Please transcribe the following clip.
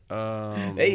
Hey